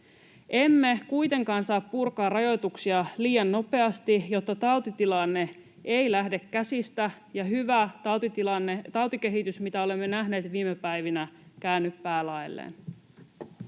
Emme kuitenkaan saa purkaa rajoituksia liian nopeasti, jotta tautitilanne ei lähde käsistä ja hyvä tautikehitys, mitä olemme nähneet viime päivinä, käänny päälaelleen.